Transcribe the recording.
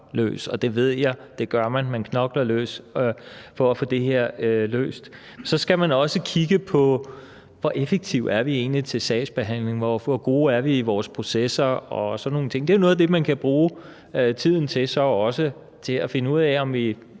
jeg ved, at mennesker knokler løs for at få det her løst – for så skal man også kigge på, hvor effektive vi egentlig er til sagsbehandling, hvor gode vi er i forbindelse med vores processer og sådan nogle ting. Det er sådan nogle ting, man kan bruge tiden til også, nemlig til at finde ud af, om vi